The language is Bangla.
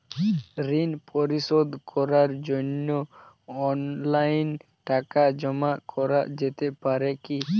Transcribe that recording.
ঋন পরিশোধ করার জন্য অনলাইন টাকা জমা করা যেতে পারে কি?